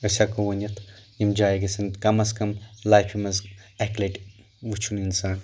أسۍ ہٮ۪کو ؤنِتھ یِم جایہِ گژھن کم از کم لایفہِ منٛز اکہِ لٹہِ وٕچھُن انسان